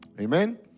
Amen